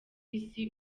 isi